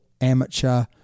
amateur